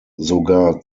sogar